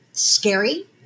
Scary